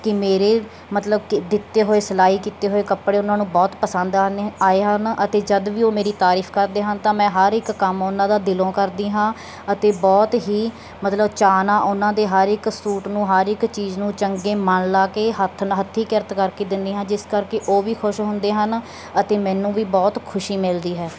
ਕਿ ਮੇਰੇ ਮਤਲਬ ਕਿ ਦਿੱਤੇ ਹੋਏ ਸਿਲਾਈ ਕੀਤੇ ਹੋਏ ਕੱਪੜੇ ਉਹਨਾਂ ਨੂੰ ਬਹੁਤ ਪਸੰਦ ਆਉਂਦੇ ਆਏ ਹਨ ਅਤੇ ਜਦ ਵੀ ਉਹ ਮੇਰੀ ਤਾਰੀਫ ਕਰਦੇ ਹਨ ਤਾਂ ਮੈਂ ਹਰ ਇੱਕ ਕੰਮ ਉਹਨਾਂ ਦਾ ਦਿਲੋਂ ਕਰਦੀ ਹਾਂ ਅਤੇ ਬਹੁਤ ਹੀ ਮਤਲਬ ਚਾਅ ਨਾਲ ਉਹਨਾਂ ਦੇ ਹਰ ਇੱਕ ਸੂਟ ਨੂੰ ਹਰ ਇੱਕ ਚੀਜ਼ ਨੂੰ ਚੰਗੇ ਮਨ ਲਾ ਕੇ ਹੱਥ ਨਾ ਹੱਥੀਂ ਕਿਰਤ ਕਰਕੇ ਦਿੰਦੀ ਹਾਂ ਜਿਸ ਕਰਕੇ ਉਹ ਵੀ ਖੁਸ਼ ਹੁੰਦੇ ਹਨ ਅਤੇ ਮੈਨੂੰ ਵੀ ਬਹੁਤ ਖੁਸ਼ੀ ਮਿਲਦੀ ਹੈ